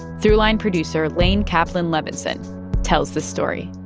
throughline producer laine kaplan-levenson tells this story